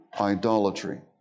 idolatry